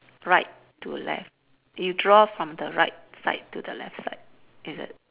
right to left you draw from the right side to the left side is it